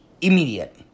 immediate